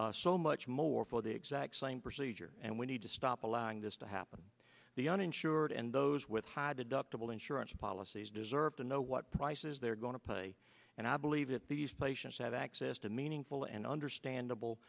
pocket so much more for the exact same procedure and we need to stop allowing this to happen the uninsured and those with high deductible insurance policies deserve to know what prices they're going to pay and i believe that these patients have access to meaningful and understandable